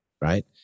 right